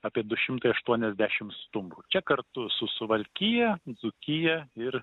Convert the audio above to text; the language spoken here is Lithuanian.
apie du šimtai aštuoniasdešimt stumbrų čia kartu su suvalkija dzūkija ir